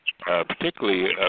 particularly